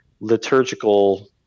liturgical